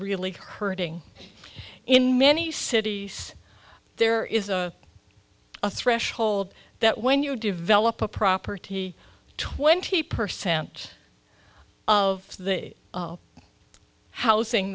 really hurting in many cities there is a threshold that when you develop a property twenty percent of the housing